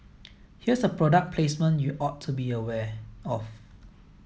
here's a product placement you ought to be aware of